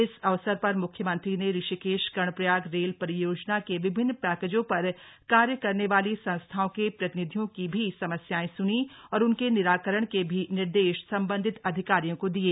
इस अवसर पर मुख्यमंत्री ने ऋषिकेश कर्णप्रयाग रेल परियोजना के विभिन्न पैकेजों पर कार्य करने वाली संस्थाओं के प्रतिनिधियों की भी समस्यायें सूनी और उनके निराकरण के भी निर्देश सम्बन्धित अधिकारियों को दिये